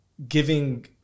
Giving